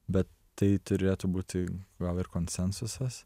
bet tai turėtų būti gal ir konsensusas